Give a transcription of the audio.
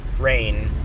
rain